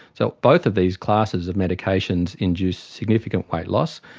so both of these classes of medications induce significant weight loss,